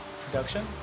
production